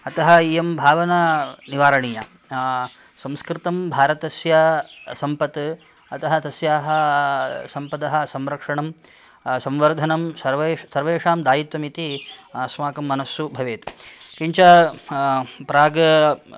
अतः इयं भावना निवारणीया संस्कृतं भारतस्य सम्पत् अतः तस्याः सम्पदः संरक्षणं संवर्धनं सर्वेष् सर्वेषां दायित्वम् इति अस्माकं मनस्सु भवेत् किञ्च प्राग्